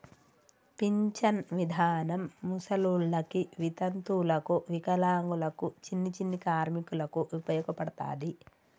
pension విధానం ముసలోళ్ళకి వితంతువులకు వికలాంగులకు చిన్ని చిన్ని కార్మికులకు ఉపయోగపడతది